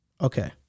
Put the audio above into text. Okay